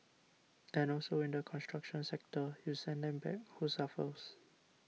and also in the construction sector you send them back who suffers